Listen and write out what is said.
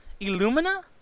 Illumina